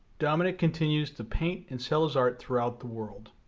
dominique continues to paint and sell his art throughout the world.